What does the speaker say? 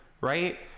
right